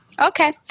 Okay